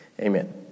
Amen